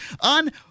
on